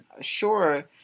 sure